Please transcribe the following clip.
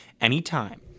anytime